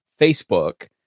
Facebook